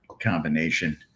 combination